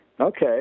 Okay